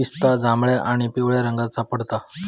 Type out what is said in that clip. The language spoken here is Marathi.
पिस्ता जांभळ्या आणि पिवळ्या रंगात सापडता